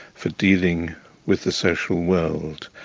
for dealing with the social world.